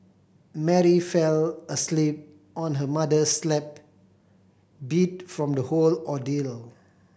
Mary fell asleep on her mother's lap beat from the whole ordeal